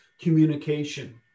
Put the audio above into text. communication